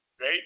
right